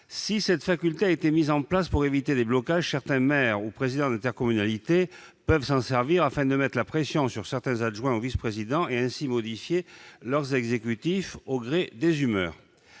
Si cette faculté a été mise en place pour éviter des blocages, certains maires ou présidents d'intercommunalité peuvent s'en servir afin de mettre la pression sur certains adjoints ou vice-présidents et ainsi modifier leur exécutif au gré des humeurs.